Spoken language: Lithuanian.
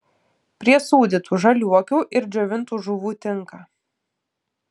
prie sūdytų žaliuokių ir džiovintų žuvų tinka